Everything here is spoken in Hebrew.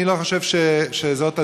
אני לא חושב שזאת הדרך.